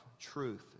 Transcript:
truth